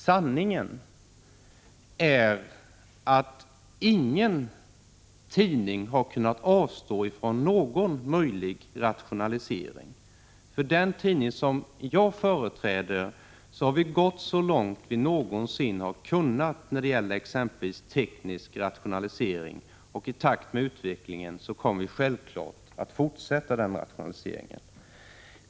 Sanningen är att ingen tidning har kunnat avstå från någon möjlig rationalisering. På den tidning som jag företräder har vi gått så långt vi någonsin har kunnat när det gäller exempelvis teknisk rationalisering, och i takt med utvecklingen kommer vi självklart att fortsätta den rationaliseringen.